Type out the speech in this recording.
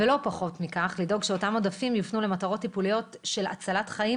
ולא פחות מכך: לדאוג שאותם עודפים יופנו למטרות טיפוליות של הצלת חיים